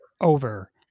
over